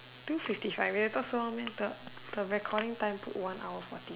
two fifty five we waited so long the the recording time put one hour forty